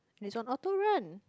and it's on autorun